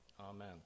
Amen